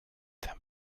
dem